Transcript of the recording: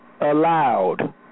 ALLOWED